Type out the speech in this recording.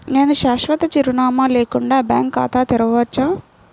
నేను శాశ్వత చిరునామా లేకుండా బ్యాంక్ ఖాతా తెరవచ్చా?